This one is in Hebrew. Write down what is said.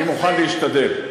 אני מוכן להשתדל.